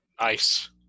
Nice